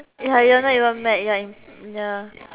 ya you're not even mad you're in ya